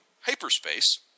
hyperspace